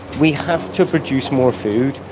we have to produce more food